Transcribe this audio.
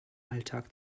alltag